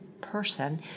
person